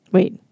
Wait